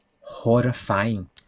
horrifying